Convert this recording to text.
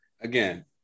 Again